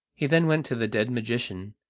he then went to the dead magician,